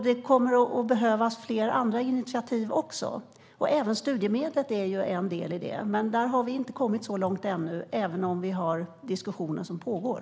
Det kommer att behövas fler andra initiativ också. Även studiemedlet är en del i detta. Men där har vi inte kommit så långt ännu, även om vi har diskussioner som pågår.